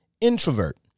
introvert